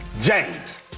James